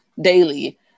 daily